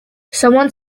someone